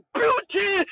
beauty